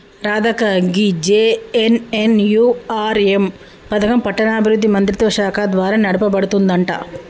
రాధక్క గీ జె.ఎన్.ఎన్.యు.ఆర్.ఎం పథకం పట్టణాభివృద్ధి మంత్రిత్వ శాఖ ద్వారా నడపబడుతుందంట